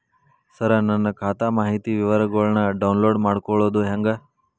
ಸರ ನನ್ನ ಖಾತಾ ಮಾಹಿತಿ ವಿವರಗೊಳ್ನ, ಡೌನ್ಲೋಡ್ ಮಾಡ್ಕೊಳೋದು ಹೆಂಗ?